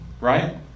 right